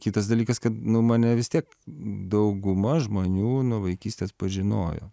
kitas dalykas kad nu mane vis tiek dauguma žmonių nuo vaikystės pažinojo